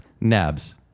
nabs